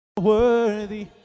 Worthy